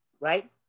right